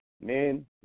men